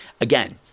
again